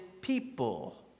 people